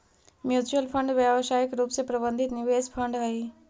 mutual fund व्यावसायिक रूप से प्रबंधित निवेश फंड हई